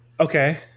Okay